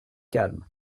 calme